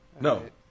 No